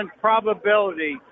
probability